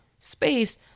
space